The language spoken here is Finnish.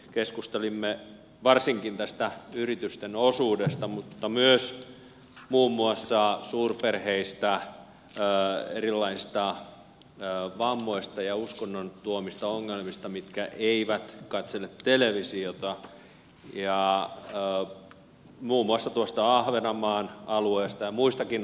keskustelimme varsinkin tästä yritysten osuudesta mutta myös muun muassa suurperheistä erilaisista vammoista ja uskonnon tuomista ongelmista kun kaikki eivät katsele televisiota ja muun muassa tuosta ahvenanmaan alueesta ja muistakin alueellisuuksista